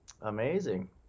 amazing